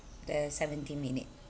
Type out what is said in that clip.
there are seventeen minute